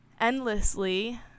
endlessly